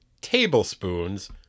tablespoons